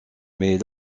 mais